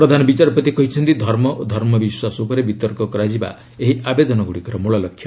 ପ୍ରଧାନବିଚାରପତି କହିଛନ୍ତି ଧର୍ମ ଓ ଧର୍ମବିଶ୍ୱାସ ଉପରେ ବିତର୍କ କରାଯିବା ଏହି ଆବେଦନଗୁଡ଼ିକର ମୂଳଲକ୍ଷ୍ୟ